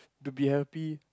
to be happy